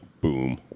boom